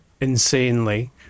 insanely